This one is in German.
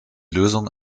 lösung